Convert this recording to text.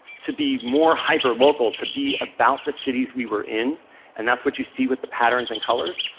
to be more hyperlocal, to be about the cities we were in and that's what you see with the patterns and colors.